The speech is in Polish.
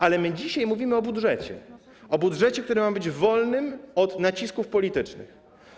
Ale my dzisiaj mówimy o budżecie, o budżecie, który ma być wolny od nacisków politycznych.